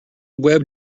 web